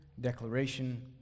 declaration